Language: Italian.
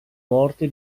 morte